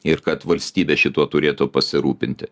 ir kad valstybė šituo turėtų pasirūpinti